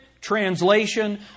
translation